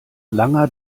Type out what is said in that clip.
langer